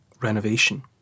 renovation